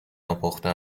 ناپخته